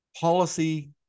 policy